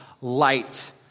light